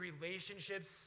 relationships